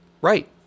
Right